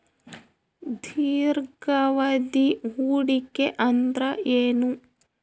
ದೀರ್ಘಾವಧಿ ಹೂಡಿಕೆ ಅಂದ್ರ ಏನು?